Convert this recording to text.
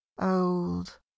old